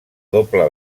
doble